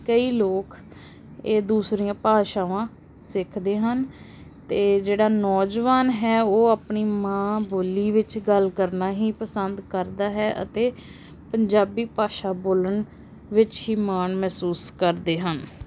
ਕਈ ਲੋਕ ਇਹ ਦੂਸਰੀਆਂ ਭਾਸ਼ਾਵਾਂ ਸਿੱਖਦੇ ਹਨ ਅਤੇ ਜਿਹੜਾ ਨੌਜਵਾਨ ਹੈ ਉਹ ਆਪਣੀ ਮਾਂ ਬੋਲੀ ਵਿੱਚ ਗੱਲ ਕਰਨਾ ਹੀ ਪਸੰਦ ਕਰਦਾ ਹੈ ਅਤੇ ਪੰਜਾਬੀ ਭਾਸ਼ਾ ਬੋਲਣ ਵਿੱਚ ਹੀ ਮਾਣ ਮਹਿਸੂਸ ਕਰਦੇ ਹਨ